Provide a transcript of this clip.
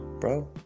bro